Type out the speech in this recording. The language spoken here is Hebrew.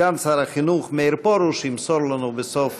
סגן שר החינוך מאיר פרוש ימסור לנו בסוף